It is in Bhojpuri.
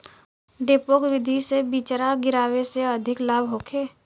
डेपोक विधि से बिचरा गिरावे से अधिक लाभ होखे?